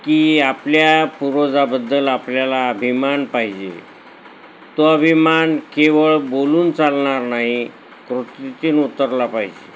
की आपल्या पूर्वजाबद्दल आपल्याला अभिमान पाहिजे तो अभिमान केवळ बोलून चालणार नाही कृतीतून उतरला पाहिजे